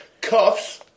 Cuffs